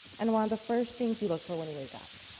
and one of the first things you look for when you wake up.